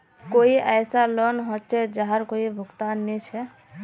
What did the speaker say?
कोई ऐसा लोन होचे जहार कोई भुगतान नी छे?